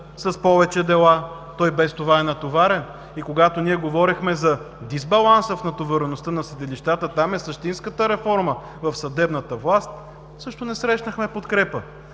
с повече дела, той без това е натоварен. Когато говорехме за дисбаланса в натовареността на съдилищата – там е същинската реформа в съдебната власт – също не срещнахме подкрепа.